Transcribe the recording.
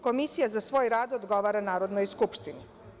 Komisija za svoj rad odgovara Narodnoj skupštini.